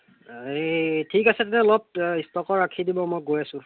এই ঠিক আছে তেনেহ'লে অলপ ষ্টকত ৰাখি দিব মই গৈ আছোঁ